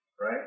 right